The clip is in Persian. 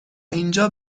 اینجا